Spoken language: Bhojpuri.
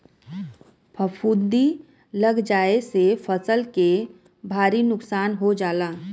फफूंदी लग जाये से फसल के भारी नुकसान हो जाला